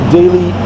daily